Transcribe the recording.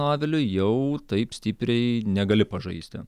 aviliu jau taip stipriai negali pažaisti